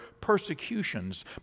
persecutions